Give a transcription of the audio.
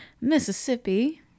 mississippi